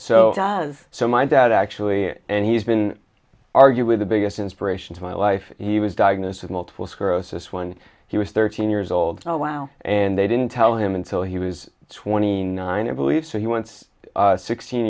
does so my dad actually and he's been arguably the biggest inspiration to my life he was diagnosed with multiple sclerosis one he was thirteen years old so wow and they didn't tell him until he was twenty nine i believe so he once sixteen